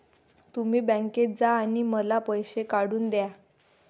तुम्ही बँकेत जा आणि मला पैसे काढून दया